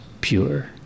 pure